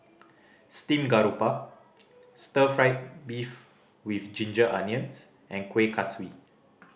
steamed garoupa Stir Fry beef with ginger onions and Kuih Kaswi